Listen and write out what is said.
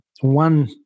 one